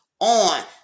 on